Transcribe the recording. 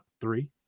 three